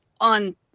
on